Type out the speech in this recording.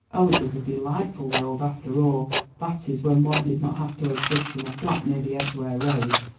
oh! it was a delightful world after all that is when one did not have to exist in a flat near the edgware road.